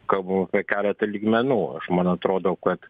kalbam apie keletą lygmenų aš man atrodo kad